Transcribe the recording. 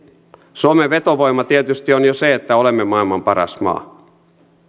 suomen vetovoima tietysti on jo se että olemme maailman paras maa